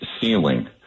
ceiling